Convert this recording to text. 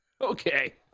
Okay